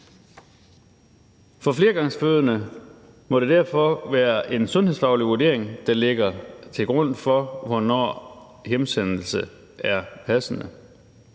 For fleregangsfødende må det derfor være en sundhedsfaglig vurdering, der ligger til grund for, hvornår hjemsendelse er passende.